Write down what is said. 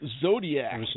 Zodiac